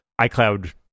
iCloud